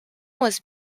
was